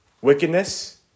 wickedness